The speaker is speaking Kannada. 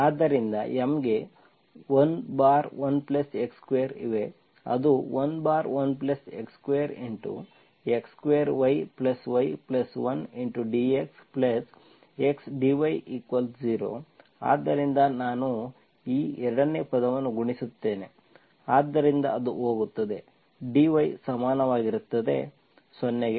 ಆದ್ದರಿಂದ M ಗೆ 11x2 ಇವೆ ಅದು 11x2x2yy1dxx dy0 ಆದ್ದರಿಂದ ನಾನು ಈ 2 ನೇ ಪದವನ್ನು ಗುಣಿಸುತ್ತೇನೆ ಆದ್ದರಿಂದ ಅದು ಹೋಗುತ್ತದೆ dy ಸಮಾನವಾಗಿರುತ್ತದೆ 0